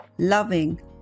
loving